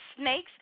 snakes